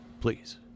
Please